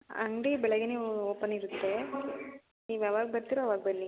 ಅಂಗಡಿ ಬೆಳಗ್ಗೆಯೇ ಓಪನ್ ಇರುತ್ತೆ ನೀವ್ಯಾವಾಗ ಬರ್ತೀರೋ ಅವಾಗ ಬನ್ನಿ